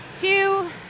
two